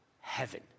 heaven